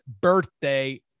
birthday